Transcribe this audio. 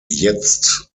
jetzt